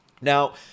Now